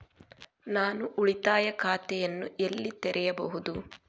ನಾನು ಉಳಿತಾಯ ಖಾತೆಯನ್ನು ಎಲ್ಲಿ ತೆರೆಯಬಹುದು?